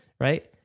right